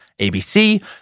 ABC